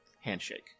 handshake